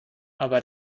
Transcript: aber